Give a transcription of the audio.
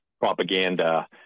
propaganda